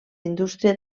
indústria